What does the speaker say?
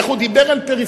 איך הוא דיבר על פריפריה,